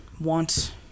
want